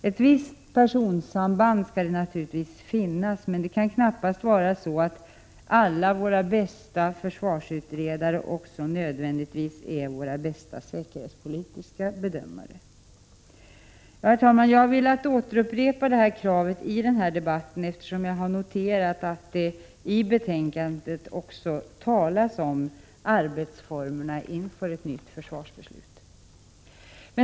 Ett visst personsamband skall naturligtvis finnas, men det kan knappast vara så att alla våra bästa försvarsutredare nödvändigtvis också är våra bästa säkerhetspolitiska bedömare. Herr talman! Jag har velat återupprepa det här kravet också i denna — Prot. 1986/87:133 debatt, eftersom jag har noterat att det i betänkandet även talas om 1 juni 1987 arbetsformerna inför ett nytt försvarsbeslut.